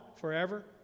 forever